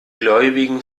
gläubigen